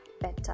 better